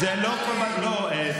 אישור משרד הבריאות,